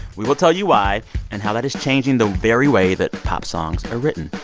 we will tell you why and how that is changing the very way that pop songs are written.